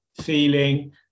feeling